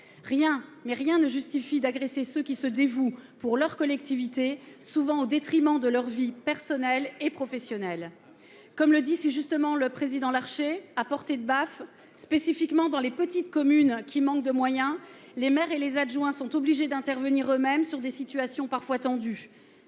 les agressions à l'encontre de ceux qui se dévouent pour leur collectivité, souvent au détriment de leur vie personnelle et professionnelle. Comme le dit si justement le président Larcher, « à portée de baffe », particulièrement dans les petites communes qui manquent de moyens, les maires et les adjoints sont obligés d'intervenir eux-mêmes dans des situations parfois déjà tendues.